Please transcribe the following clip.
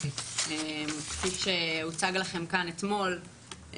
כפי שהוצג לכם כאן אתמול,